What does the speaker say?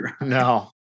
No